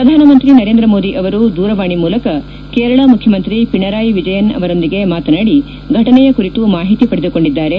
ಪ್ರಧಾನಮಂತ್ರಿ ನರೇಂದ್ರ ಮೋದಿ ಅವರು ದೂರವಾಣಿ ಮೂಲಕ ಕೇರಳ ಮುಖ್ಯಮಂತ್ರಿ ಪಿಣರಾಯಿ ವಿಜಯನ್ ಅವರೊಂದಿಗೆ ಮಾತನಾಡಿ ಘಟನೆಯ ಕುರಿತು ಮಾಹಿತಿ ಪಡೆದುಕೊಂಡಿದ್ದಾರೆ